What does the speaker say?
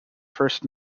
first